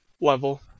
level